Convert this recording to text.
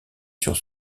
sur